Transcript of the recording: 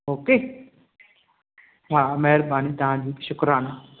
okay हा महिरबानी तव्हांजी शुकुराना